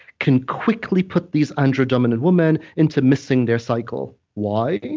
can quickly put these andro-dominant women into missing their cycle. why?